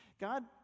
God